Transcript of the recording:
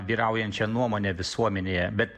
vyraujančią nuomonę visuomenėje bet